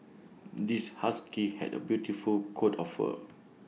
this husky had A beautiful coat of fur